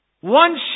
One